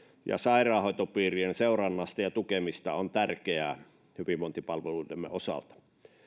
ja sairaanhoitopiirien seurannasta ja tukemisesta on tärkeä hyvinvointipalveluidemme osalta